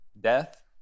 death